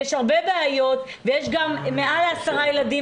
יש הרבה בעיות ויש גם מעל עשרה ילדים